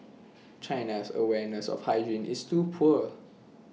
China's awareness of hygiene is too poor